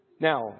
Now